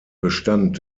bestand